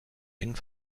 eng